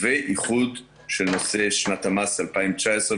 כך ששני המקומות הם המשקולות הגדולים,